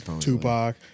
Tupac